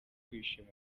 kwishima